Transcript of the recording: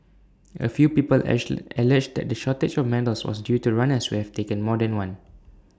A few people age alleged that the shortage of medals was due to runners who have taken more than one